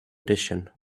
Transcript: edition